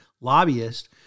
lobbyist